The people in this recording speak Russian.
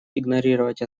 игнорировать